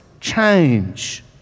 change